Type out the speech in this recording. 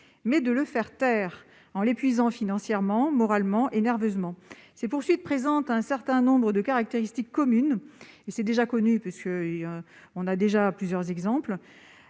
mais de le faire taire en l'épuisant financièrement, moralement et nerveusement. Ces poursuites présentent un certain nombre de caractéristiques communes désormais connues- nous en avons plusieurs exemples.